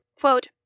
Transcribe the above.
quote